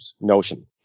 notion